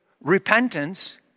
repentance